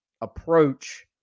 approach